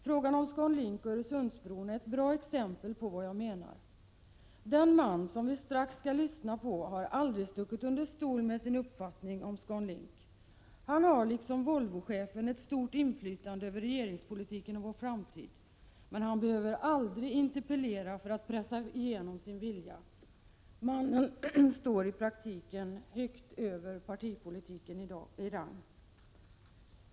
Frågan om ScanLink och Öresundsbron är ett bra exempel på vad jag menar. Den man som vi strax skall lyssna till har aldrig stuckit under stol med sin uppfattning om ScanLink. Han har, liksom Volvochefen, ett stort inflytande över regeringspolitiken och vår framtid, men han behöver aldrig interpellera för att pressa igenom sin vilja. Mannen står i praktiken högt över partipolitiken i rang.